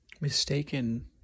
mistaken